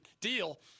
deal